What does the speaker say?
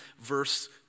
verse